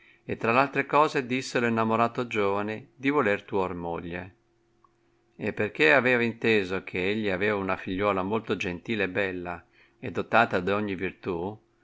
e tra l'altre cose disse lo innamorato giovane di voler tuor moglie e perchè aveva inteso che egli aveva una figliuola molto gentile e bella e dotata